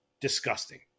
Disgusting